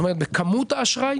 זאת אומרת בכמות האשראי.